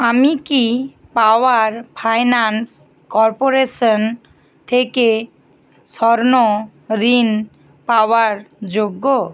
আমি কি power finance corporation থেকে স্বর্ণ ঋণ পাওয়ার যোগ্য